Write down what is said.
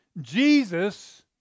Jesus